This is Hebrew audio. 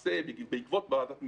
בעקבות ועדת מזרחי,